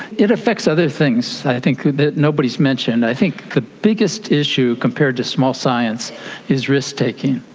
it affects other things i think that nobody has mentioned. i think the biggest issue compared to small science is risk taking.